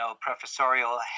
professorial